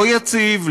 לא יציב,